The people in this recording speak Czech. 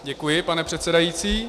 Děkuji, pane předsedající.